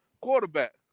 quarterback